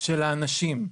של האנשים.